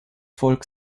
volk